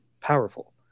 powerful